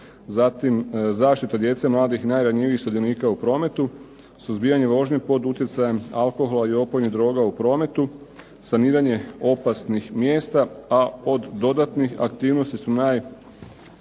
zatim zaštita djece, mladih i najranjivijih sudionika u prometu, suzbijanje vožnje pod utjecajem alkohola i opojnih droga u prometu, saniranje opisanih mjesta, a od dodatnih aktivnosti su najvažnije